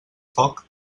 foc